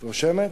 את רושמת?